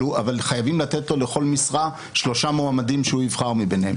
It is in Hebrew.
אבל חייבים לתת לו לכל משרה שלושה מועמדים שהוא יבחר מביניהם.